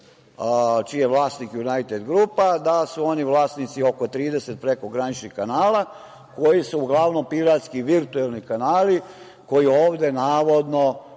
čiji je vlasnik „Junajted grupa“, da li su oni vlasnici oko 30 prekograničnih kanala, koji su, uglavnom, piratski, virtuelni kanali, koji ovde navodno